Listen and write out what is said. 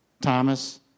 Thomas